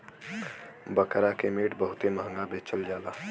बकरा के मीट बहुते महंगा बेचल जाला